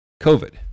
COVID